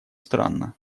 странно